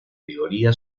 teoría